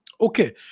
Okay